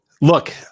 Look